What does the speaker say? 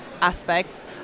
aspects